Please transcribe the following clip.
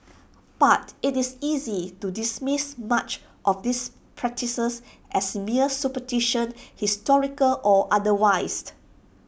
but IT is easy to dismiss much of these practices as mere superstition historical or otherwise